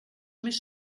més